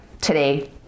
today